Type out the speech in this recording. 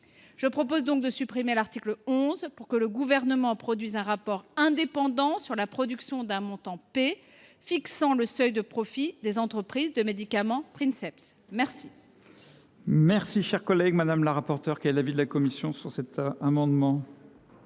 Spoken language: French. je propose que nous supprimions l’article 11 et que le Gouvernement commande un rapport indépendant sur la production d’un montant P fixant le seuil de profit des entreprises de médicament princeps. Quel